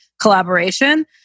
collaboration